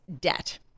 debt